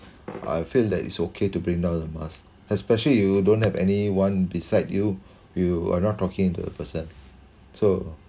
I feel that it's okay to bring down the mask especially you don't have anyone beside you you are not talking to the person so